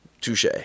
Touche